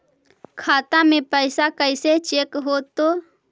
खाता में पैसा कैसे चेक हो तै?